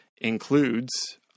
includes